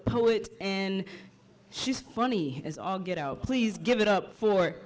poet in she's funny as all get out please give it up for